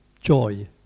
joy